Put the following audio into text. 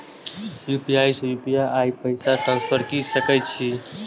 UPI से UPI पैसा transfer की सके छी?